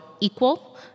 equal